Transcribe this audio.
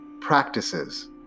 practices